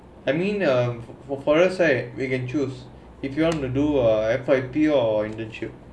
I mean uh for for foreigners right we can choose if you want to do a F_Y_P or internship